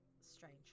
strange